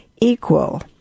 equal